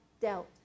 dealt